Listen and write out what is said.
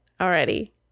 already